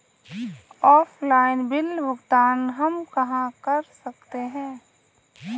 Offline bill भुगतान हम कहां कर सकते हैं?